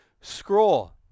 scroll